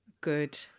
Good